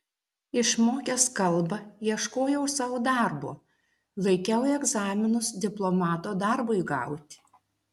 išmokęs kalbą ieškojau sau darbo laikiau egzaminus diplomato darbui gauti